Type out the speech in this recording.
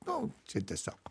nu čia tiesiog